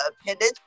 appendage